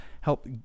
help